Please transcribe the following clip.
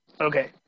Okay